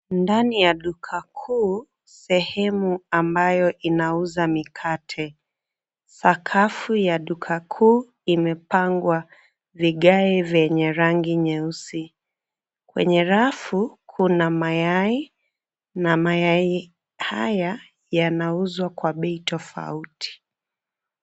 Ndani ya duka kuu sehemu ambayo inauza mikate. Sakafu ya duka kuu imepangwa vigae vyenye rangi nyeusi. Kwenye rafu kuna mayai na mayai haya yanauzwa kwa bei tofauti.